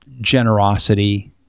generosity